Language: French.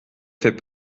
fait